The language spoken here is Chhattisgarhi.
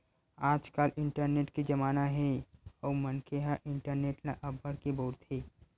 आजकाल इंटरनेट के जमाना हे अउ मनखे ह इंटरनेट ल अब्बड़ के बउरत हे